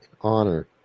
honor